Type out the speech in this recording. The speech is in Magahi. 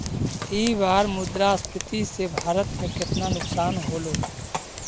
ई बार मुद्रास्फीति से भारत में केतना नुकसान होलो